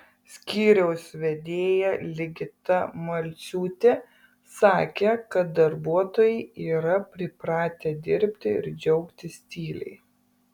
skyriaus vedėja ligita malciūtė sakė kad darbuotojai yra pripratę dirbti ir džiaugtis tyliai